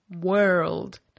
world